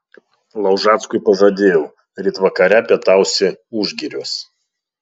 laužackui pažadėjau ryt vakare pietausi užgiriuos